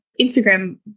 Instagram